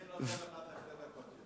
אני נותן לך את הזמן שלי.